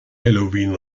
halloween